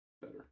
better